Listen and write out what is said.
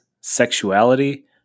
sexuality